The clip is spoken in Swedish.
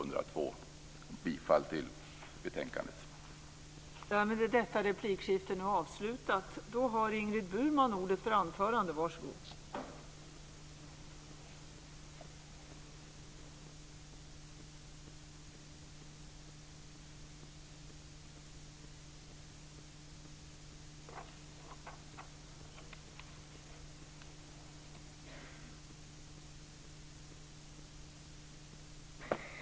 Jag yrkar bifall till utskottets hemställan.